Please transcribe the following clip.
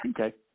Okay